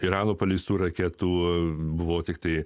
irano paleistų raketų buvo tiktai